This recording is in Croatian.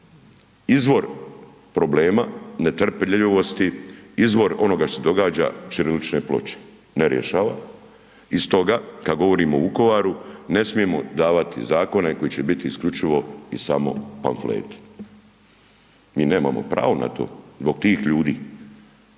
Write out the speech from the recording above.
izvor problema netrpeljivosti, izvor onoga što se događa ćirilične ploče? Ne rješava. I stoga kada govorimo o Vukovaru ne smijemo davati zakone koji će biti isključivo i samo pamfleti, mi nemao pravo na to zbog tih ljudi.